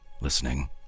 listening